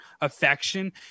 affection